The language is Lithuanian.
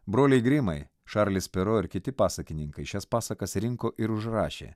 broliai grimai čarlis pero ir kiti pasakininkai šias pasakas rinko ir užrašė